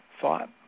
thought